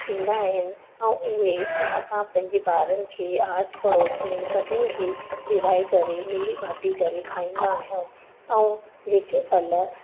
ईंदा आहिनि ऐं उहे असां पंहिंजे ॿारनि खे आस पड़ोस में सभिनि खे विरहाए करे मिली बाटी करे खाईंदा आहियूं ऐं जेके फल